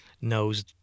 knows